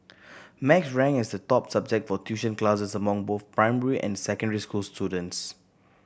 maths ranked as the top subject for tuition classes among both primary and secondary school students